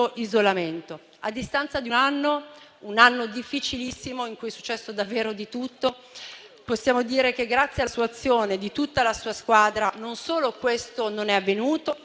isolamento. A distanza di un anno, un anno difficilissimo in cui è successo davvero di tutto, possiamo dire che, grazie alla sua azione e di tutta la sua squadra, non solo questo non è avvenuto,